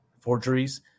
forgeries